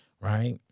right